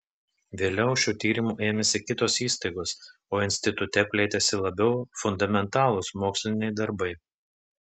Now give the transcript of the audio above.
vėliau šių tyrimų ėmėsi kitos įstaigos o institute plėtėsi labiau fundamentalūs moksliniai darbai